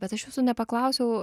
bet aš jūsų nepaklausiau